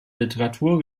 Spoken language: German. literatur